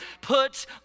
Put